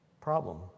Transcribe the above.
problem